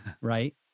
right